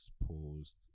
exposed